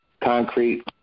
concrete